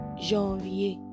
Janvier